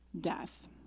death